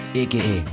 aka